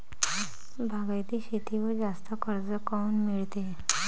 बागायती शेतीवर जास्त कर्ज काऊन मिळते?